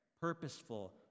purposeful